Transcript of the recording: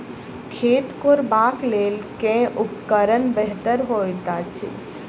खेत कोरबाक लेल केँ उपकरण बेहतर होइत अछि?